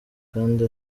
kandi